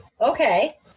okay